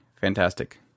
fantastic